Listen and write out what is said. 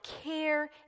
care